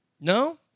No